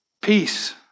peace